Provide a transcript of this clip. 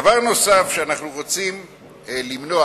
דבר נוסף שאנחנו רוצים למנוע,